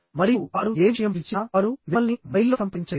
మరియు వారు ఏ విషయం పిలిచినా వారు మిమ్మల్ని మొబైల్లో సంప్రదించలేరు